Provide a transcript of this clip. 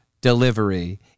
delivery